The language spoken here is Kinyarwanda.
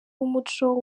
umuco